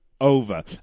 Over